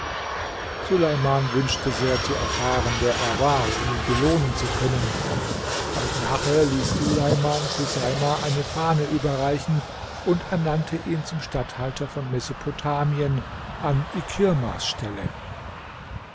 suleiman wünschte sehr zu erfahren wer er war um ihn belohnen zu können bald nachher ließ suleiman chuseima eine fahne überreichen und ernannte ihn zum statthalter von mesopotamien an ikirmas stelle